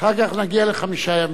אחר כך נגיע לחמישה ימים.